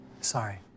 Sorry